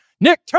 Nick